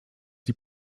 die